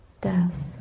death